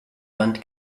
wand